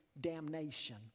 damnation